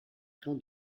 train